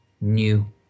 new